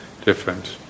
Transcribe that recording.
different